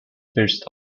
first